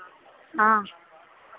हँ हैलो